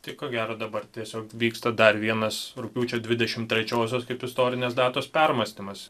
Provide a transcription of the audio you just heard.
tai ko gero dabar tiesiog vyksta dar vienas rugpjūčio dvidešimt trečiosios kaip istorinės datos permąstymas